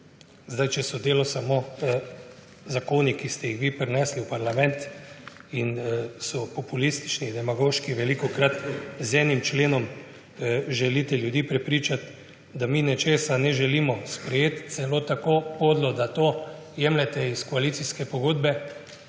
delo. Če so delo samo zakoni, ki ste jih vi prinesli v parlament in so populistični, demagoški, velikokrat z enim členom želite ljudi prepričati, da mi nečesa ne želimo sprejeti, celo tako podlo, da to jemljete iz koalicijske pogodbe,